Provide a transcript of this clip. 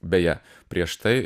beje prieš tai